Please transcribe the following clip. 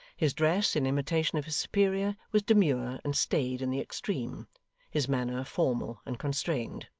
his dress, in imitation of his superior, was demure and staid in the extreme his manner, formal and constrained.